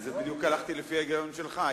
הלכתי בדיוק לפי ההיגיון שלך.